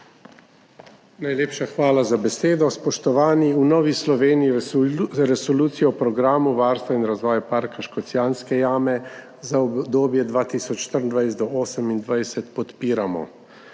Najlepša hvala za besedo. Spoštovani! V Novi Sloveniji Resolucijo o Programu varstva in razvoja Parka Škocjanske jame za obdobje 2024–2028 podpiramo.